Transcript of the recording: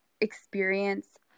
experience